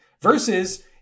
versus